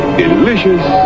delicious